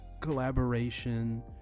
collaboration